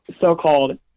so-called